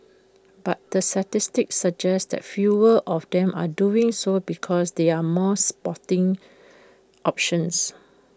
but the statistics suggest that fewer of them are doing so because there are more sporting options